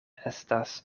estas